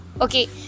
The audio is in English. okay